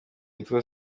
yitwa